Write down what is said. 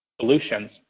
solutions